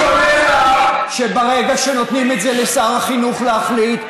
אני אומר לך שברגע שנותנים לשר החינוך להחליט,